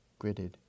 gridded